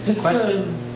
Question